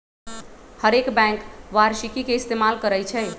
हरेक बैंक वारषिकी के इस्तेमाल करई छई